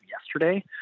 yesterday